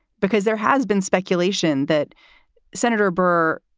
because there has been speculation that senator burr,